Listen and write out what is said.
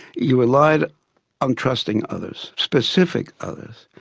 you relied on trusting others, specific others.